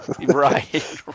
Right